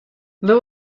louis